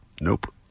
Nope